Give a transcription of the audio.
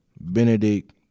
Benedict